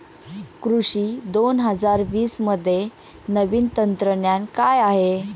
कृषी दोन हजार वीसमध्ये नवीन तंत्रज्ञान काय आहे?